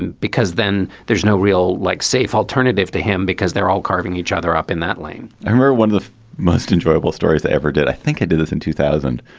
and because then there's no real like safe alternative to him because they're all carving each other up in that lane hammer one of the most enjoyable stories ever did. i think i did this in two thousand.